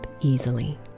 easily